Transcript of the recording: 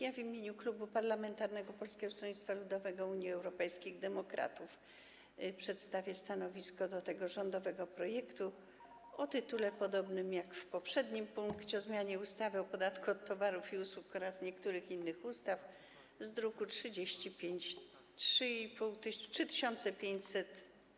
Ja w imieniu klubu parlamentarnego Polskiego Stronnictwa Ludowego - Unii Europejskich Demokratów przedstawię stanowisko wobec tego rządowego projektu o tytule podobnym do tego w poprzednim punkcie: o zmianie ustawy o podatku od towarów i usług oraz niektórych innych ustaw, z druku nr 3500.